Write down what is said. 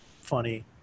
funny